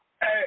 Hey